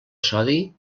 sodi